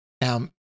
Now